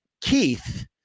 Keith